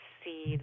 see